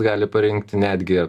gali parinkti netgi